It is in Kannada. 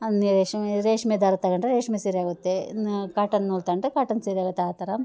ಅನ ನೇಷ್ಮೆ ರೇಷ್ಮೆ ದಾರ ತೊಗೊಂಡ್ರೆ ರೇಷ್ಮೆ ಸೀರೆ ಆಗುತ್ತೆ ಇನ್ನು ಕಾಟನ್ ನೂಲು ತೊಗೊಂಡ್ರೆ ಕಾಟನ್ ಸೀರೆ ಆಗುತ್ತೆ ಆ ಥರ